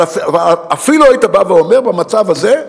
אבל אפילו היית בא ואומר: במצב הזה,